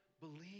believe